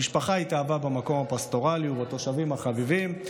המשפחה התאהבה במקום הפסטורלי ובתושבים החביבים,